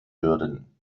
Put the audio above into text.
würden